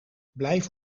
blijf